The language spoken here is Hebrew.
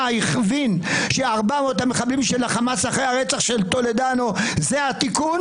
הכווין ש-400 המחבלים של החמאס אחרי הרצח של טולדנו זה התיקון